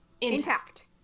intact